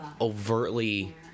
overtly